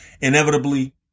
Inevitably